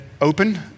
open